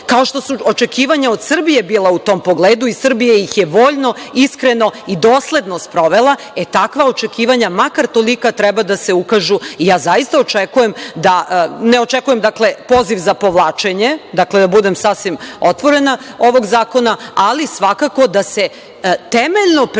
kao što su očekivanja od Srbije bila u tom pogledu i Srbija ih je voljno, iskreno i dosledno sprovela. E, takva očekivanja, makar tolika treba da se ukažu. Zaista ne očekujem poziv za povlačenje, da budem sasvim otvorena, ovog zakona, ali svakako da se temeljno preispita